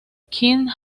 king